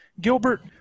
gilbert